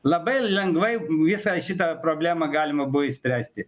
labai lengvai visą šitą problemą galima buvo išspręsti